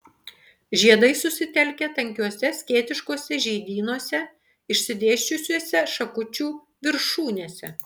žiedai susitelkę tankiuose skėtiškuose žiedynuose išsidėsčiusiuose šakučių viršūnėse